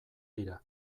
dira